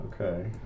Okay